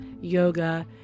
Yoga